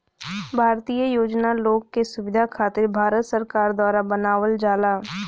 भारतीय योजना लोग के सुविधा खातिर भारत सरकार द्वारा बनावल जाला